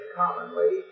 commonly